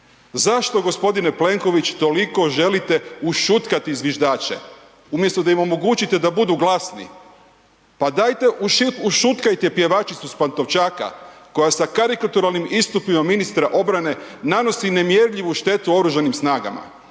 Zašto g. Plenković, toliko želite ušutkati zviždače? Umjesto da im omogućite da budu glasni. Pa dajte ušutkajte Pjevačicu s Pantovčaka koja sa karikaturalnim istupima ministra obrane nanosi nemjerljivu štetu OS-u. U vašem